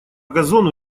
газону